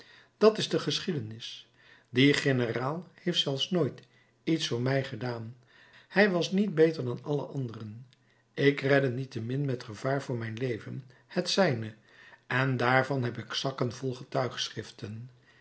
dat is de geschiedenis die generaal heeft zelfs nooit iets voor mij gedaan hij was niet beter dan alle anderen ik redde niettemin met gevaar van mijn leven het zijne en daarvan heb ik zakken vol getuigschriften